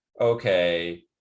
okay